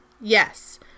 Yes